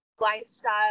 lifestyle